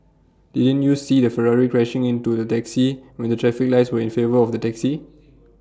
didn't you see the Ferrari crashing into the taxi when the traffic lights were in favour of the taxi